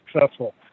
successful